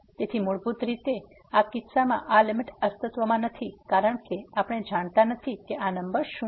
તેથી મૂળભૂત રીતે આ કિસ્સામાં આ લીમીટ અસ્તિત્વમાં નથી કારણ કે આપણે જાણતા નથી કે આ નંબર શું છે